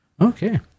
Okay